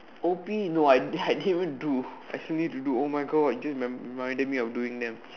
O_P no I I didn't even do I still need to do oh my God dude you reminded me to doing them